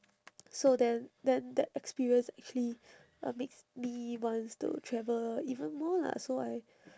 so then then that experience actually uh makes me wants to travel even more lah so I